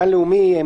גן לאומי,